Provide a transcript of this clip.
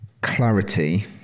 clarity